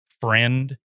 friend